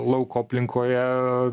lauko aplinkoje